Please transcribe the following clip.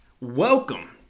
Welcome